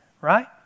right